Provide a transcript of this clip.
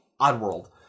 Oddworld